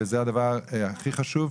וזה הדבר הכי חשוב,